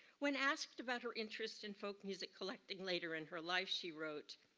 when asked about her interest in folk music collecting later in her life she wrote,